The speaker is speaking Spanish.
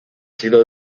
sido